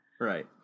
right